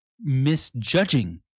misjudging